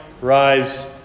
rise